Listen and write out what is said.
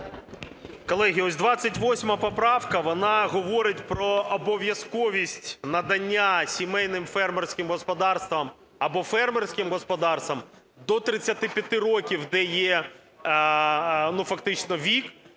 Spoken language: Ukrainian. Колеги, ось 28 поправка, вона говорить про обов'язковість надання сімейним фермерським господарствам або фермерським господарствам до 35 років, де є фактично вік